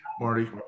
marty